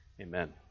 Amen